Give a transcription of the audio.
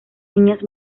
niñas